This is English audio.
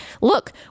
Look